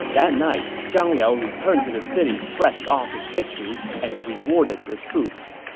that night, zhang liao returned to the city fresh off his victory and rewarded the troops,